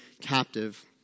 captive